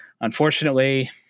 unfortunately